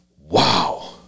wow